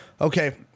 okay